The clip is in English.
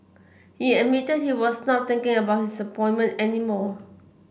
he admitted he was not thinking about his appointment any more